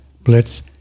blitz